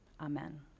Amen